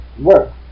work